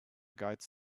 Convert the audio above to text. guides